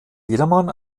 jedermann